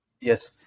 Yes